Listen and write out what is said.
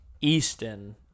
Easton